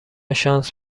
شانس